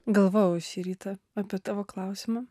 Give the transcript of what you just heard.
galvojau šį rytą apie tavo klausimą